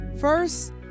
First